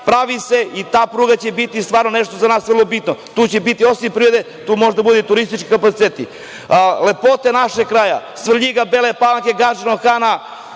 pravi se i ta pruga će biti nešto za nas vrlo bitno. Tu će, osim privrede, da budu i turistički kapaciteti. Lepote našeg kraja, Svrljiga, Bele Palanke, Gadžinog Hana,